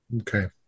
Okay